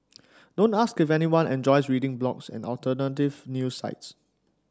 don't ask if anyone enjoys reading blogs and alternative news sites